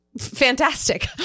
Fantastic